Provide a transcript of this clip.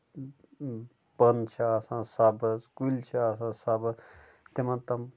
بۅنہٕ چھِ آسان سَبٕز کُلۍ چھِ آسان سَبٕز تِمن تٔمۍ